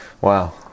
wow